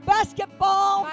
Basketball